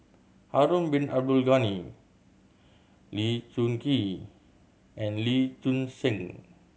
Harun Bin Abdul Ghani Lee Choon Kee and Lee Choon Seng